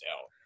out